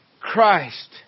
Christ